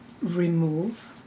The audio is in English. remove